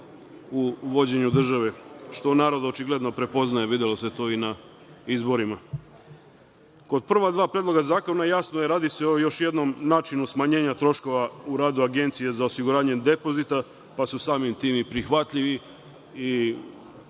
u vođenju države, što narod očigledno prepoznaje. Videlo se to i na izborima. Kod prva dva predloga zakona, jasno je, radi se o još jednom načinu smanjenja troškova u radu Agencije za osiguranje depozita, pa su samim tim i prihvatljivi i